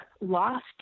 lost